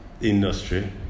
industry